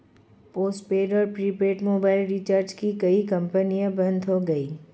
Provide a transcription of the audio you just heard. postpaid और prepaid mobile recharge की कई कंपनियां बंद हो गई